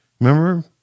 Remember